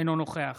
אינו נוכח